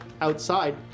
outside